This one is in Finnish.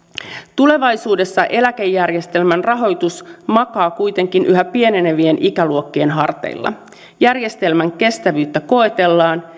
tulevaisuudessa eläkejärjestelmän rahoitus makaa kuitenkin yhä pienenevien ikäluokkien harteilla järjestelmän kestävyyttä koetellaan